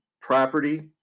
property